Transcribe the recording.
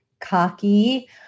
cocky